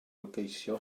geisio